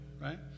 right